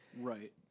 Right